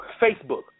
Facebook